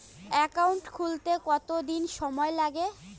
Account খুলতে কতদিন সময় লাগে?